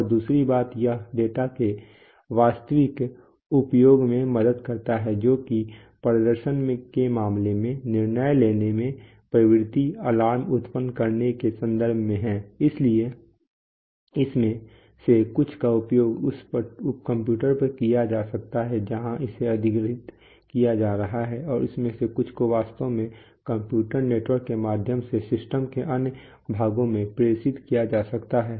और दूसरी बात यह डेटा के वास्तविक उपयोग में मदद करता है जो कि प्रदर्शन के मामले में निर्णय लेने प्रवृत्ति अलार्म उत्पन्न करने के संदर्भ में है इसलिए इसमें से कुछ का उपयोग उस कंप्यूटर पर ही किया जा सकता है जहां इसे अधिग्रहित किया जा रहा है और इसमें से कुछ को वास्तव में कंप्यूटर नेटवर्क के माध्यम से सिस्टम के अन्य भागों में प्रेषित किया जा सकता है